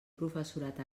professorat